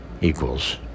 equals